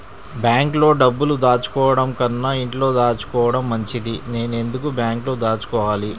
బ్యాంక్లో డబ్బులు దాచుకోవటంకన్నా ఇంట్లో దాచుకోవటం మంచిది నేను ఎందుకు బ్యాంక్లో దాచుకోవాలి?